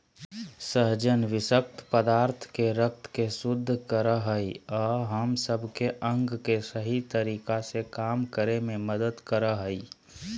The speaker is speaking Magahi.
सहजन विशक्त पदार्थ के रक्त के शुद्ध कर हइ अ हम सब के अंग के सही तरीका से काम करे में मदद कर हइ